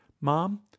Mom